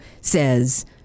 says